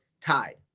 tied